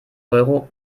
euro